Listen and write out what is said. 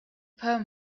poem